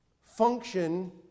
Function